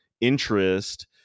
interest